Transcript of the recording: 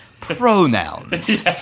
Pronouns